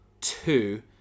two